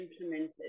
implemented